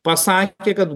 pasakė kad